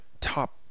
top